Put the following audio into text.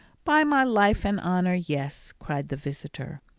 by my life and honour, yes! cried the visitor.